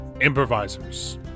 improvisers